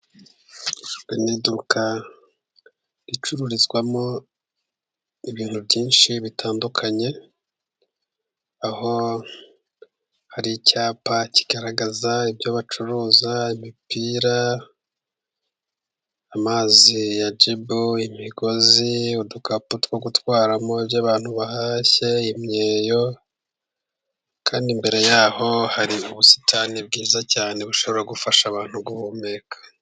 Iri ni iduka ricururizwamo ibintu byinshi bitandukanye, aho hari icyapa kigaragaza ibyo bacuruza, imipira, amazi ya jibu, imigozi, udukapu two gutwaramo ibyo abantu bahashye, imyeyo, kandi imbere yaho hari ubusitani bwiza cyane, bushobora gufasha abantu guhumeka.